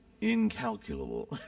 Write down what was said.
incalculable